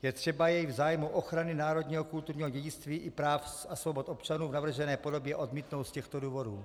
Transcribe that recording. Je třeba jej v zájmu ochrany národního kulturního dědictví i práv a svobod občanů v navržené podobě odmítnout z těchto důvodů: